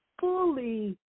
fully